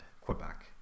Quebec